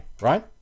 right